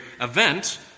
event